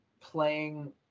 Playing